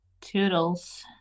Toodles